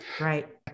right